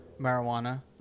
marijuana